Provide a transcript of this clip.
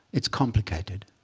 it's complicated.